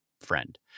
friend